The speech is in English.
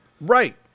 Right